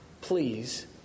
please